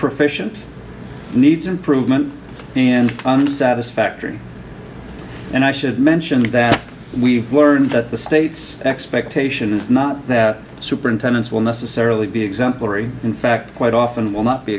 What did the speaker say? proficiency needs improvement and satisfactory and i should mention that we learned that the state's expectation is not that superintendents will necessarily be exemplary in fact quite often will not be